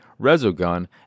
resogun